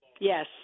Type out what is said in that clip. Yes